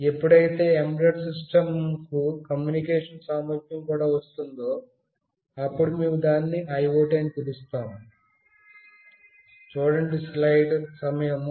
ఎప్పుడైతే ఎంబెడెడ్ సిస్టమ్కు కమ్యూనికేషన్ సామర్ధ్యం కూడా వస్తుందో అప్పుడు మేము దానిని IoT అని పిలుస్తాము